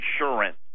insurance